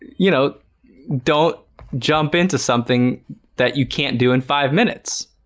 you know don't jump into something that you can't do in five minutes